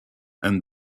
and